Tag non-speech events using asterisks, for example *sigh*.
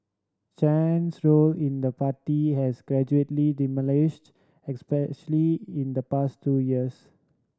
Chen's role in the party has gradually *unintelligible* especially in the past two years